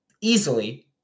easily